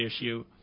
issue